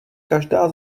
každá